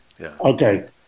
okay